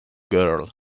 girl